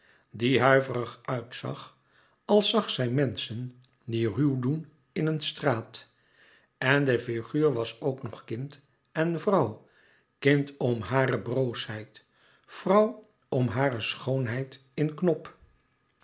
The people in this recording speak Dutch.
die huiverig uitzag als zag zij menschen die ruw doen in een straat en de figuur was ook nog kind en vrouw kind om hare broosheid vrouw om hare schoonheid in knop